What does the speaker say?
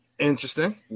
interesting